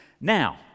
Now